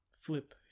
Flip